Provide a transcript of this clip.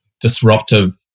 disruptive